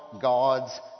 God's